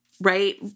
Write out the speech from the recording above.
right